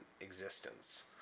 Existence